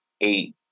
eight